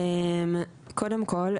קודם כל,